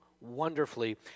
wonderfully